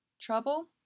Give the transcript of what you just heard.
Trouble